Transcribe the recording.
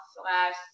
slash